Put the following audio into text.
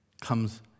comes